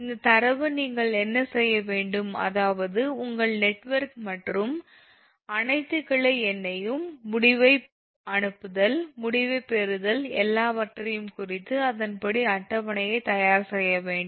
இந்தத் தரவு நீங்கள் என்ன செய்ய வேண்டும் அதாவது உங்கள் நெட்வொர்க் மற்றும் அனைத்து கிளை எண்ணையும் முடிவை அனுப்புதல் முடிவைப் பெறுதல் எல்லாவற்றையும் குறித்து அதன்படி அட்டவணையை தயார் செய்ய வேண்டும்